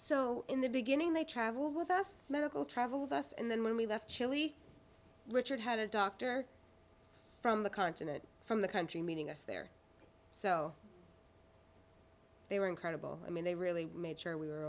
so in the beginning they travelled with us medical travel the us and then when we left chile richard had a doctor from the continent from the country meaning us there so they were incredible i mean they really made sure we were